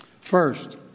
First